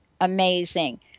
amazing